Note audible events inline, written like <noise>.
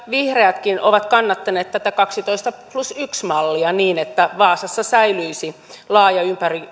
<unintelligible> vihreätkin ovat kannattaneet tätä kaksitoista plus yksi mallia niin että vaasassa säilyisi laaja